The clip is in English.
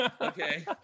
Okay